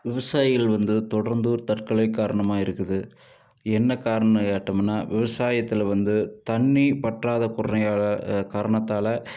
விவசாயிகள் வந்து தொடர்ந்து ஒரு தற்கொலை காரணமாக இருக்குது என்ன காரணம் கேட்டமுன்னா விவசாயத்தில் வந்து தண்ணி பற்றாத குறையால் காரணத்தால்